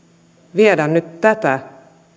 viedä nyt tätä